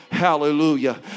Hallelujah